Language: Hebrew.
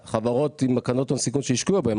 החברות עם קרנות הון סיכון שהשקיעו בהם,